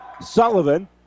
Sullivan